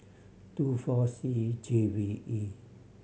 two four C J V E